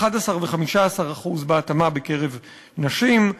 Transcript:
11% ו-15% בהתאמה בקרב נשים,